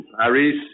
Paris